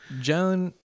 Joan